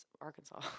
Arkansas